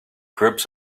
groups